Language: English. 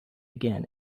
again